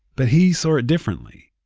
but he saw it differently.